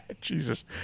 Jesus